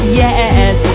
yes